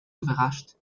überrascht